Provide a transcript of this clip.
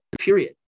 period